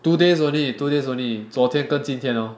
two days only two days only 昨天跟今天 lor